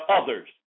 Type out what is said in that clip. others